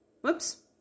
Whoops